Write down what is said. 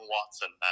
Watson